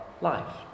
life